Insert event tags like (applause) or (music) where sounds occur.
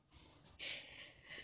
(laughs)